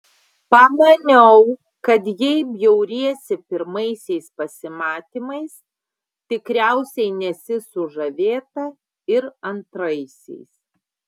pamaniau kad jei bjauriesi pirmaisiais pasimatymais tikriausiai nesi sužavėta ir antraisiais